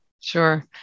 sure